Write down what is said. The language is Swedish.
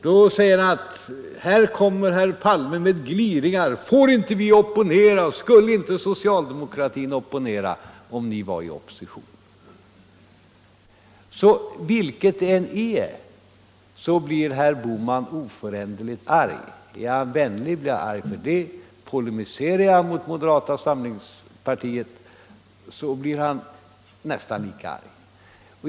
Då säger han att här kommer herr Palme med gliringar. ”Får inte vi opponera? Skulle inte socialdemokratin opponera om ni var i opposition?” Vilket bemötandet än är så blir herr Bohman oföränderligt arg. Är jag vänlig blir han arg för det, polemiserar jag mot moderata samlingspartiet så blir han nästan lika arg.